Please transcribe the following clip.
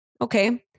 okay